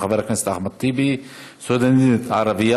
של חבר הכנסת אחמד טיבי: סטודנטית ערבייה